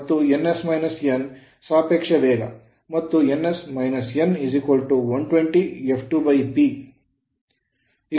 ಮತ್ತು ಇದು ns - n ಸಾಪೇಕ್ಷ ವೇಗ ಮತ್ತು ns - n 120 f2 P